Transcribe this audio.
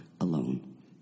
alone